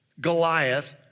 Goliath